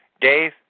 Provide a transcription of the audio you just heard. Dave